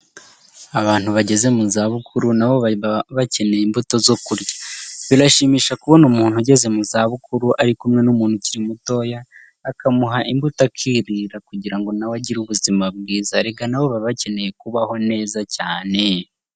Abantu bageze mu zabukuru na bo baba bakeneye imbuto zo kurya. Birashimisha kubona umuntu ugeze mu zabukuru, ari kumwe n'umuntu ukiri mutoya, akamuha imbuto akirira kugira ngo na we agire ubuzima bwiza. Erega na bo baba bakeneye kubaho neza cyane!